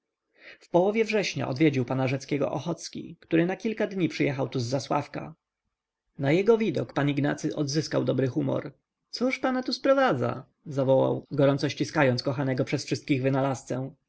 w połowie września odwiedził pana rzeckiego ochocki który na kilka dni przyjechał tu z zasławka na jego widok pan ignacy odzyskał dobry humor cóż pana tu sprowadza zawołał gorąco ściskając kochanego przez wszystkich wynalazcę